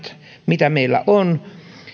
mitä meillä